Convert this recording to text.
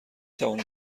توانید